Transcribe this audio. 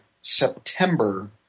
September